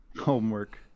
Homework